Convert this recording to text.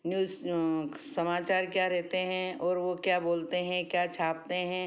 news समाचार क्या रहते हैं और वो क्या बोलते हैं क्या छापते हैं